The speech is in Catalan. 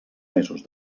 mesos